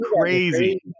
Crazy